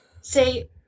say